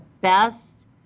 best